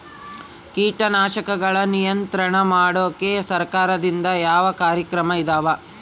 ಕೇಟನಾಶಕಗಳ ನಿಯಂತ್ರಣ ಮಾಡೋಕೆ ಸರಕಾರದಿಂದ ಯಾವ ಕಾರ್ಯಕ್ರಮ ಇದಾವ?